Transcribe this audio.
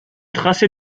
tracer